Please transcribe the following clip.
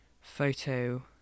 photo